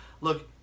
look